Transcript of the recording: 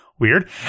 weird